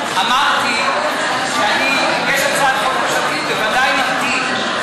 אמרתי שאם יש הצעת חוק ממשלתית, בוודאי נמתין.